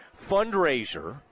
Fundraiser